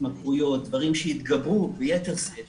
התמכרויות דברים שהתגברו בייתר שאת